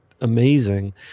amazing